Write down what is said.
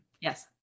yes